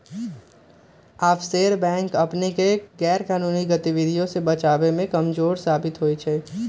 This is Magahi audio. आफशोर बैंक अपनेके गैरकानूनी गतिविधियों से बचाबे में कमजोर साबित होइ छइ